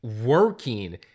working